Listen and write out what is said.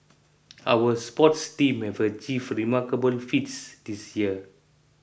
our sports teams have achieved remarkable feats this year